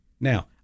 Now